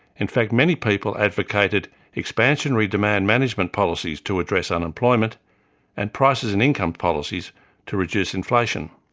in fact many people advocated expansionary demand management policies to address unemployment and prices and income policies to reduce inflation.